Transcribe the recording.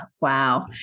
wow